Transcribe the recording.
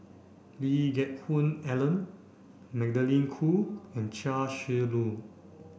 Lee Geck Hoon Ellen Magdalene Khoo and Chia Shi Lu